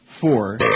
four